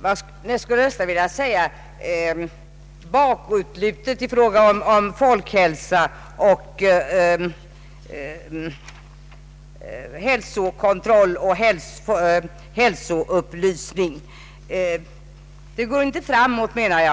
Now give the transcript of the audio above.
vad jag nästan skulle vilja kalla bakåtlut i fråga om folkhälsa, hälsokontroll och hälsoupplysning måste hålla med om att utvecklingen i varje fall inte går framåt.